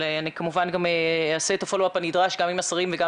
אבל אני כמובן גם אעשה את הפולו-אפ הנדרש גם עם השרים וגם